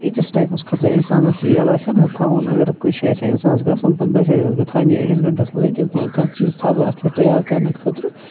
ییٖتِس ٹایمَس خٲطرٕ انسانَس یہِ یَیٚلہٕ آسہِ ہانہ تھاوُن اگر کُنہِ جاے اِنسانَس آسہِ ہا گَژھُن پتہٕ باسہِ ہا تٔمِس بہٕ تھاوَن یہٕ أڈِس گَنٛٹَس لٲگِتھ کینٛہہ کانٛہہ چیٖز تھاو بہٕ اَتھ پٮ۪ٹھ تَیار کرنہٕ خٲطرٕ